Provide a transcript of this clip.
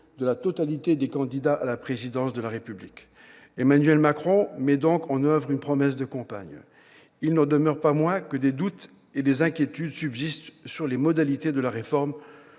la totalité, des candidats à la présidence de la République. Emmanuel Macron met donc en oeuvre une promesse de campagne. Il n'en demeure pas moins que des doutes et des inquiétudes subsistent sur les modalités de la réforme